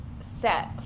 Set